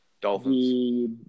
Dolphins